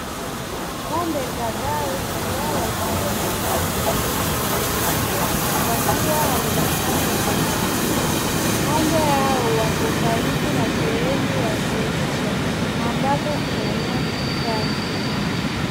Ng'ombe kadhaa wengi wao wakiwa na rangi nyeusi na nyeupe wakiwa wamejipanga kwenye zizi. Ng'ombe hao wako karibu na sehemu ya kulisha ambapo kuna nyasi kavu.